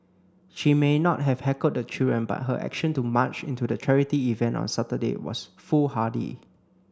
she may not have heckled the children but her action to march into the charity event on Saturday was foolhardy